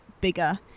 bigger